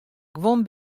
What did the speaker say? guon